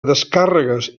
descàrregues